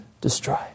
destroy